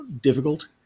difficult